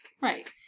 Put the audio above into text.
Right